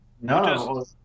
no